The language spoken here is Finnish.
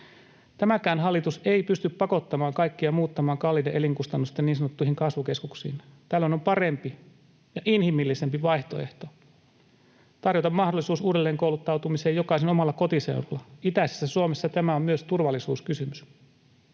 Tämäkään hallitus ei pysty pakottamaan kaikkia muuttamaan kalliiden elinkustannusten niin sanottuihin kasvukeskuksiin. Tällöin on parempi ja inhimillisempi vaihtoehto tarjota mahdollisuus uudelleenkouluttautumiseen jokaisen omalla kotiseudulla. Itäisessä Suomessa tämä on myös turvallisuuskysymys.